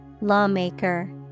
Lawmaker